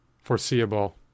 foreseeable